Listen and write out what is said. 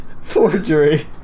Forgery